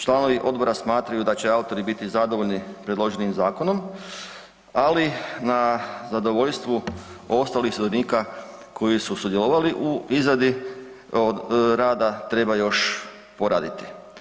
Članovi odbora smatraju da će autori biti zadovoljni predloženim zakonom ali na zadovoljstvu ostalih sudionika koji su sudjelovali u izradi, od rada treba još poraditi.